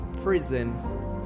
prison